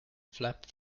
flap